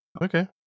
Okay